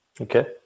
Okay